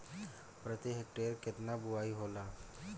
प्रति हेक्टेयर केतना बुआई होला?